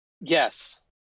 Yes